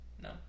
No